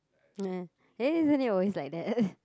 uh and then isn't it always like that